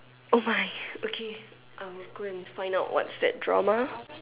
oh my okay I will go and find out what's that drama